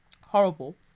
horrible